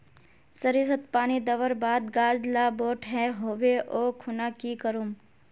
सरिसत पानी दवर बात गाज ला बोट है होबे ओ खुना की करूम?